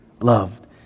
loved